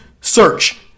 Search